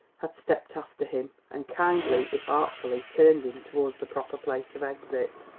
had stepped after him, and kindly, if artfully, turned him towards the proper place of exit.